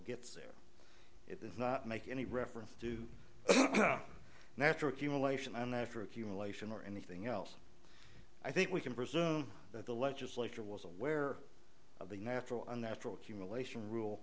gets there it does not make any reference to natural cumulation after accumulation or anything else i think we can presume that the legislature was aware of the natural unnatural accumulation rule